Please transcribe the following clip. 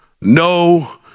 no